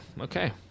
okay